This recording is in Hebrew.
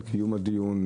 על קיום הדיון,